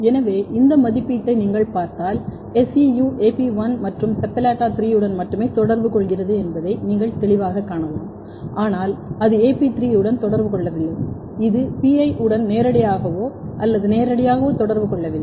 எனவே இந்த மதிப்பீட்டை நீங்கள் பார்த்தால் SEU AP1 மற்றும் SEPALLATA3 உடன் மட்டுமே தொடர்புகொள்கிறது என்பதை நீங்கள் தெளிவாகக் காணலாம் ஆனால் அது AP3 உடன் தொடர்பு கொள்ளவில்லை இது PI உடன் நேரடியாகவோ அல்லது நேரடியாகவோ தொடர்பு கொள்ளவில்லை